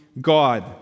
God